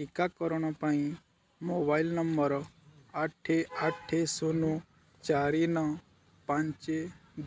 ଟିକାକରଣ ପାଇଁ mobile number ଆଠ ଆଠ ଶୂନ ଚାରି ନଅ ପାଞ୍ଚ